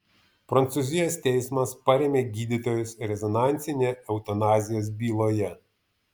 prancūzijos teismas parėmė gydytojus rezonansinėje eutanazijos byloje